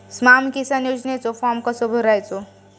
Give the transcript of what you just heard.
स्माम किसान योजनेचो फॉर्म कसो भरायचो?